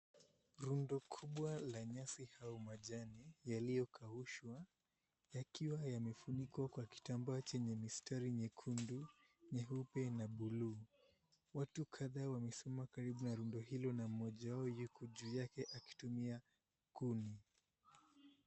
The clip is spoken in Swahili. Rundo kubwa la nyasi au manjani yaliyokaushwa yakiwa yamefunikwa kwa kitambaa chenye mistari nyekundu, nyeupe na buluu. Watu kadhaa wamesimama karibu na rundo hilo na mmoja wao yuko juu yake akitumia kuni.